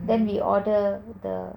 then we order the